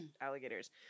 alligators